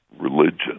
religion